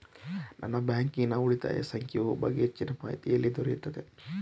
ನನ್ನ ಬ್ಯಾಂಕಿನ ಉಳಿತಾಯ ಸಂಖ್ಯೆಯ ಬಗ್ಗೆ ಹೆಚ್ಚಿನ ಮಾಹಿತಿ ಎಲ್ಲಿ ದೊರೆಯುತ್ತದೆ?